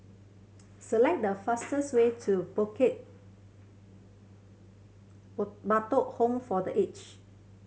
select the fastest way to Bukit Batok Home for The Age